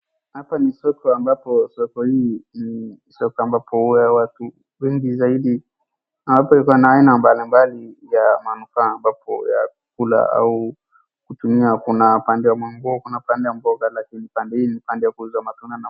Hapa ni soko ambapo soko hii i soko ambapo watu wengi zaidi hapo iko na aina mbalimbali ya manufaa ambapo ya kukula au ya kutumia kuna pande ya nguo pande ya mboga lakini pande hii ni pande ya kuuza matunda.